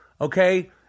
okay